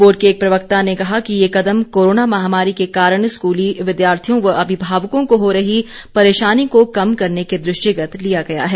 board के एक प्रवक्ता ने कहा कि ये कदम कोरोना महामारी के कारण स्कूली विद्यार्थियों व अभिभावकों को हो रही परेशानी को कम करने के दृष्टिगत लिया गया है